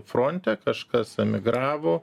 fronte kažkas emigravo